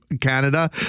Canada